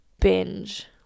binge